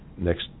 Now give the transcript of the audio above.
next